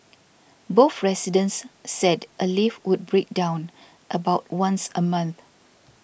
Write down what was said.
both residents said a lift would break down about once a month